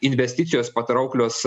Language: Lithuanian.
investicijos patrauklios